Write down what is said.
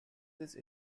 these